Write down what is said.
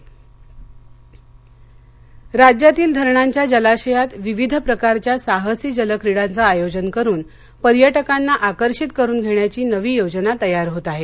intro राज्यातील धरणांच्या जलाशयात विविध प्रकारच्या साहसी जलक्रिडाचं आयोजन करून पर्यटकांना आकर्षित करून घेण्याची नवी योजना तयार होत आहे